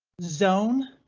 zone.